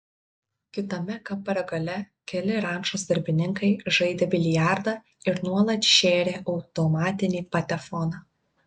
kitame kambario gale keli rančos darbininkai žaidė biliardą ir nuolat šėrė automatinį patefoną